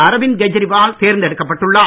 அரவிந்த் கேஜரிவால் தேர்ந்தெடுக்கப்பட்டுள்ளார்